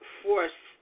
force